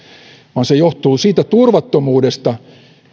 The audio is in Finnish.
vaan se johtuu turvattomuudesta